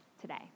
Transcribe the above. today